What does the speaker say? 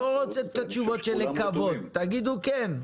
אני לא רוצה את התשובה "מקווה", תגידו "כן".